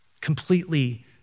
completely